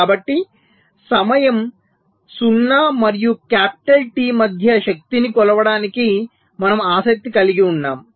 కాబట్టి సమయం 0 మరియు కాపిటల్ టి మధ్య శక్తిని కొలవడానికి మనము ఆసక్తి కలిగి ఉన్నాము